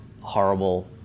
horrible